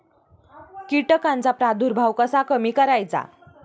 कीटकांचा प्रादुर्भाव कसा कमी करायचा?